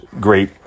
great